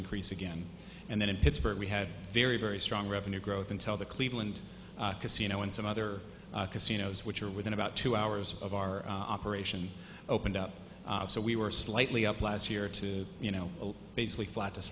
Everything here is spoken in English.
increase again and then in pittsburgh we had very very strong revenue growth until the cleveland casino and some other casinos which are within about two hours of our operation opened up so we were slightly up last year to you know basically flat t